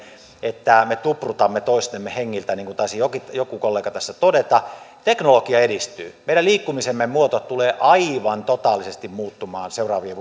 että me tuprutamme toisemme hengiltä niin kuin taisi joku kollega tässä todeta teknologia edistyy meidän liikkumisemme muoto tulee aivan totaalisesti muuttumaan seuraavien